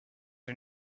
are